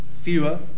fewer